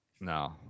No